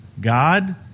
God